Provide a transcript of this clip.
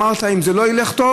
אמרת: אם זה לא ילך טוב,